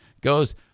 goes